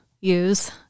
use